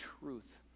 truth